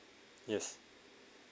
yes